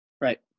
right